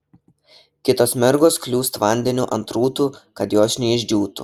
kitos mergos kliūst vandeniu ant rūtų kad jos neišdžiūtų